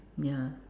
ya